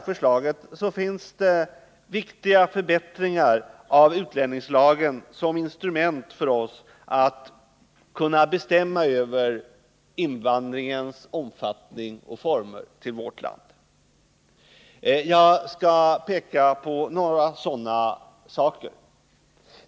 Förslaget innebär dock viktiga förbättringar av utlänningslagen som ett instrument i vårt arbete när det gäller att bestämma över invandringens omfattning och former. Jag skall peka på några saker.